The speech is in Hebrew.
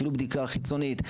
אפילו בדיקה חיצונית,